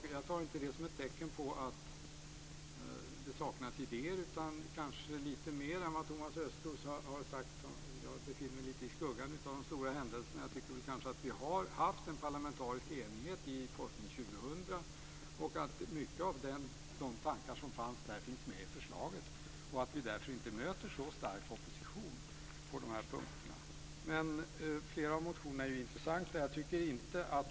Jag tar inte det som ett tecken på att det saknas idéer, utan det är kanske något lite mer än det som Thomas Östros har sagt. Jag befinner mig kanske lite i skuggan av de stora händelserna, men jag tycker att vi har haft en parlamentarisk enighet i Forskning 2000. Mycket av de tankar som fanns där finns med i förslaget, och därför möter vi inte så stark opposition på de här punkterna. Flera av motionerna är intressanta.